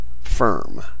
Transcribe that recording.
firm